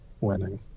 winning